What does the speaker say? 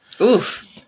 Oof